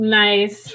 nice